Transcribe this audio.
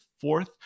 fourth